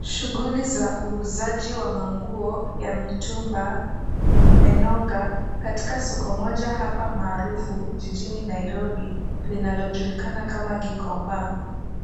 Shughuli za uuzaji wa manguo ya mitumba imenoga katika soko moja hapa maarufu jijini Nairobi linalojulikana kama Gikomba.